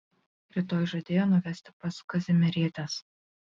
rytoj žadėjo nuvesti pas kazimierietes